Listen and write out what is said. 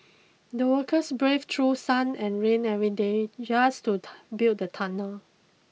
the workers braved through sun and rain every day just to build the tunnel